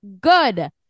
good